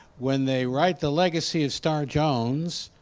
when they write the legacy of star jones,